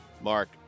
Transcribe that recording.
Mark